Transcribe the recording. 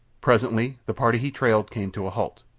presently the party he trailed came to a halt.